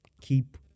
Keep